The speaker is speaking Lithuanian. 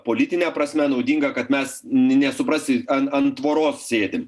politine prasme naudinga kad mes nesuprasi an ant tvoros sėdim